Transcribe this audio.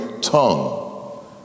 tongue